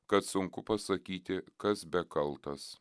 kad sunku pasakyti kas bekaltas